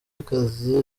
akazi